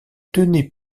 tenait